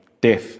Death